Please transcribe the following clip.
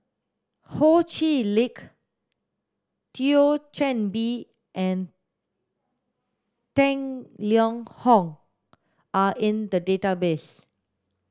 Ho Chee Lick Thio Chan Bee and Tang Liang Hong are in the database